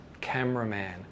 cameraman